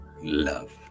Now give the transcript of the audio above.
Love